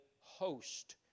host